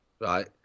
right